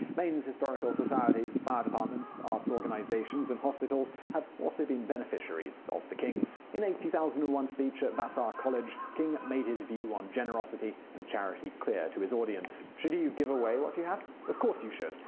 maine's historical societies, fire departments, arts organizations, and hospitals have also been beneficiaries of the kings. in a two thousand and one speech at vassar college, king made his view on generosity and charity clear to his audience. should you you give away what you have? of course you should.